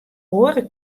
oare